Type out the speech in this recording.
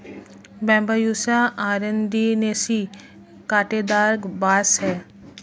Bambusa arundinacea काँटेदार बाँस है